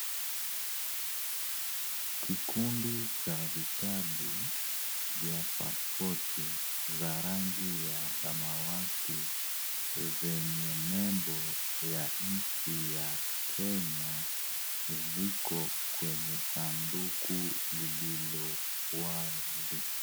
kikundi cha vitabu vya pasipoti za rangi ya samawati zenye nembo ya nchi ya kenya ziko kwenye sanduku lililo wazi